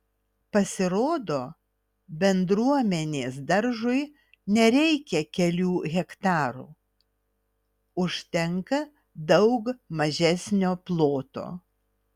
pasirodo bendruomenės daržui nereikia kelių hektarų užtenka daug mažesnio ploto